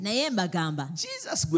Jesus